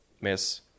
Miss